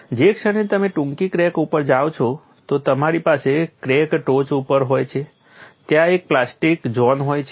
જે ક્ષણે તમે ટૂંકી ક્રેક ઉપર જાઓ છો તો તમારી પાસે ક્રેક ટોચ ઉપર હોય છે ત્યાં એક પ્લાસ્ટિક ઝોન હોય છે